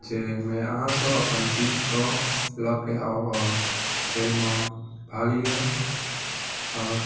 जाहिमे अहाँसब अपन टीमसँ लैके आउ आओर खेलमे भाग लिअ आओर